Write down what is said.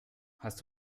hast